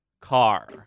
car